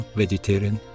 vegetarian